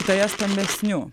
kitoje stambesnių